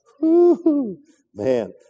Man